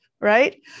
right